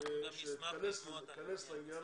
שתיכנס לזה.